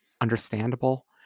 understandable